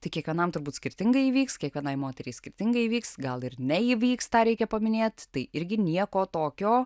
tai kiekvienam turbūt skirtingai įvyks kiekvienai moteriai skirtingai įvyks gal ir neįvyks tą reikia paminėt tai irgi nieko tokio